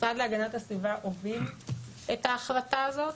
משרד להגנת הסביבה הוביל את ההחלטה הזאת,